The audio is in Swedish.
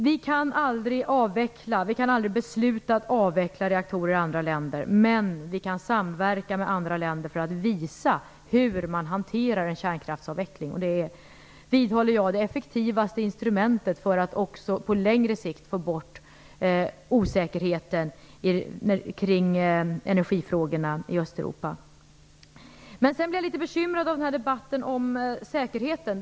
Vi kan aldrig fatta beslut om att avveckla reaktorer i andra länder, men vi kan samverka med andra länder för att visa hur man hanterar en kärnkraftsavveckling, och det är det effektivaste instrumentet för att också på längre sikt få bort osäkerheten kring energifrågorna i Östeuropa - det vidhåller jag. Jag blir litet bekymrad av debatten om säkerheten.